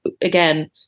again